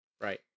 right